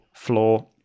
Floor